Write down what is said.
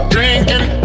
Drinking